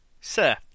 Sir